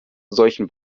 solchen